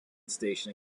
station